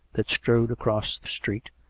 that strode across the street,